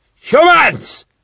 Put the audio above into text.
Humans